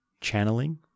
channeling